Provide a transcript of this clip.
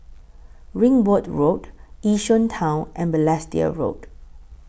Ringwood Road Yishun Town and Balestier Road